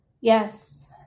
Yes